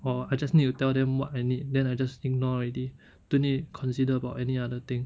or I just need to tell them what I need then I just ignore already don't need consider about any other thing